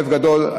לב גדול.